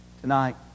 Tonight